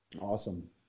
Awesome